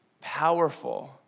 powerful